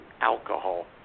alcohol